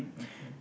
mmhmm